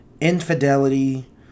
infidelity